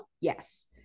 Yes